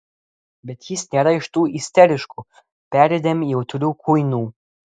bet jis nėra iš tų isteriškų perdėm jautrių kuinų